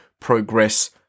progress